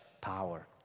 Power